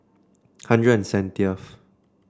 hundred and seventieth